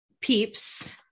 peeps